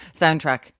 Soundtrack